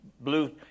blue